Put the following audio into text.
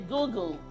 Google